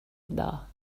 bar